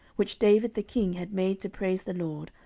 which david the king had made to praise the lord,